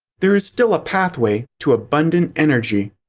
there is still a pathway to abundant energy.